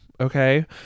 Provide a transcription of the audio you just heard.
okay